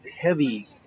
heavy